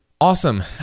awesome